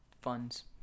funds